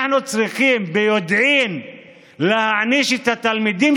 אנחנו צריכים ביודעין להעניש את התלמידים